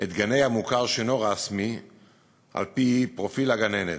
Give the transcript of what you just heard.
את גני המוכר שאינו רשמי על-פי פרופיל הגננת.